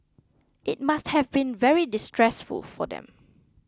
it must have been very distressful for them